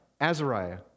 Azariah